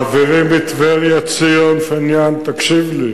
חברי מטבריה, ציון פיניאן, תקשיב לי.